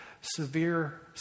severe